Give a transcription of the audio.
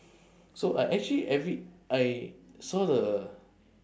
so I actually every I saw the